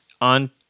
on